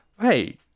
hey